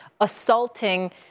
assaulting